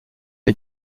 les